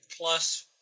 plus